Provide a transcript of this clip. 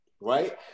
right